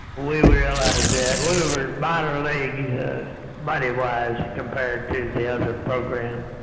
we realized that we were were minor league money-wise compared to the other program.